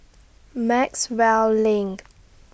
Maxwell LINK